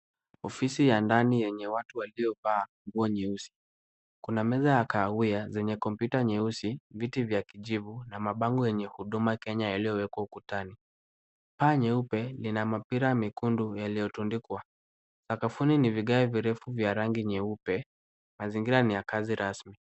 Ofisi ya ndani yenye watu waliovaa nguo nyeusi. Kuna meza ya kahawia zenye komputa nyeusi, viti vya kijivu na mabango yenye huduma kenya yaliyowekwa ukutani. Paa nyeupe lina mapira mekundu yaliyotundikwa. Sakafuni ni vigae virefu vya rangi nyeupe, mazingira ni ya kazi rasmi.